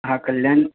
हां कल्याण